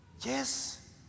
Yes